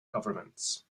governments